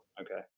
okay